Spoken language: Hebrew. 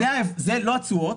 זה לא התשואות,